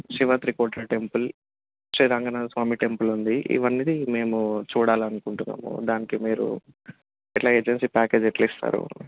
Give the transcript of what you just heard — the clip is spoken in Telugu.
శివత్రికోట టెంపుల్ శ్రీరాంగనాధ స్వామి టెంపుల్ ఉంది ఇవన్నీ మేము చూడాలనుకుంటున్నాము దానికి మీరు ఇలా ఏజెన్సీ ప్యాకేజ్ ఎలా ఇస్తారు